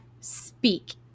speak